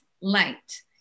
light